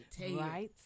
right